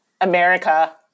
America